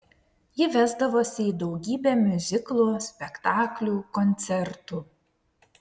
ji vesdavosi į daugybę miuziklų spektaklių koncertų